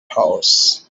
horse